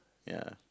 ya